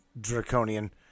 Draconian